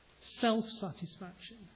self-satisfaction